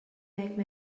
make